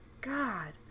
God